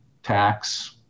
tax